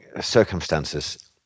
circumstances